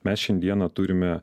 mes šiandieną turime